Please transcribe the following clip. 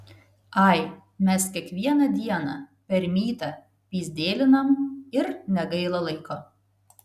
ai mes kiekvieną dieną per mytą pyzdėlinam ir negaila laiko